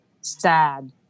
sad